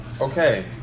Okay